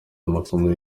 amasomo